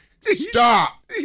stop